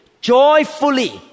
joyfully